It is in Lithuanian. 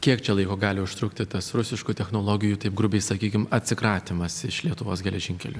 kiek čia laiko gali užtrukti tas rusiškų technologijų taip grubiai sakykim atsikratymas iš lietuvos geležinkelių